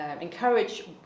encourage